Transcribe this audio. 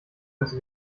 als